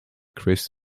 chris